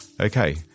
Okay